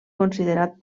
considerat